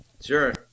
Sure